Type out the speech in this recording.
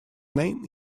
name